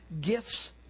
gifts